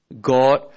God